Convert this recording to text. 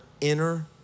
inner